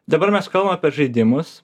dabar mes kalbam apie žaidimus